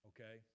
Okay